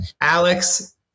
Alex